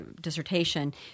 dissertation